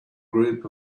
group